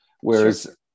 whereas